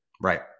right